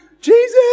Jesus